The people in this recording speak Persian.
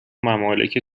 ممالک